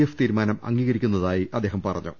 F തീരുമാനം അംഗീകരിക്കുന്നതായി അദ്ദേഹം പറഞ്ഞു